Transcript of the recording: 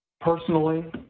Personally